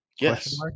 Yes